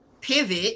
pivot